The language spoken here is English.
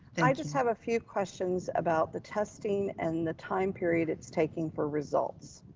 and i just have a few questions about the testing and the time period it's taking for results.